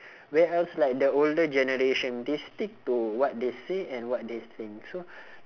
where else like the older generation they stick to what they say and what they think so